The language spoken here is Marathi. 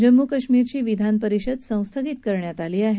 जम्मू काश्मीरची विधान परिषद संस्थगित करण्यात आली आहे